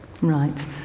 Right